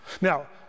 Now